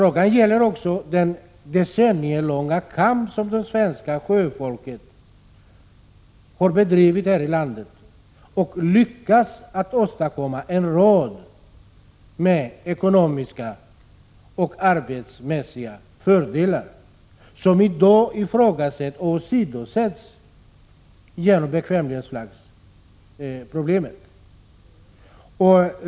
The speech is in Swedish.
Det är också fråga om den decennielånga kamp som det svenska sjöfolket har bedrivit och varigenom man lyckats åstadkomma en rad ekonomiska och arbetsmässiga fördelar som i dag genom bekvämlighetsflaggsproblemet ifrågasätts och åsidosätts.